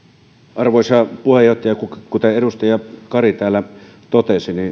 arvoisa puheenjohtaja kuten edustaja kari täällä totesi